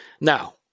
Now